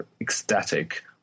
ecstatic